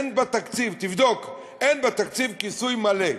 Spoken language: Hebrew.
אין בתקציב, תבדוק, אין בתקציב כיסוי מלא.